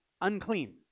unclean